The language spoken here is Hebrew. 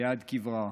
ליד קברה.